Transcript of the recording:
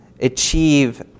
achieve